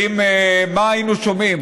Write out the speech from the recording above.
מה היינו שומעים?